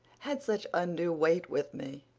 had such undue weight with me.